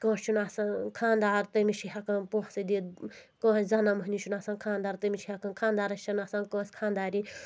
کٲنٛسہِ چھُنہٕ آسان خاںٛدار تٔمِس چھ ہٮ۪کان پۄنٛسہٕ دِتھ کٲنٛسہِ زنان مٔہنوِس چھُنہٕ آسان خاںٛدار تٔمِس چھِ ہٮ۪کان خانٛدارس چھِنہٕ آسان کٲنٛسہِ خانٛدارٮ۪نۍ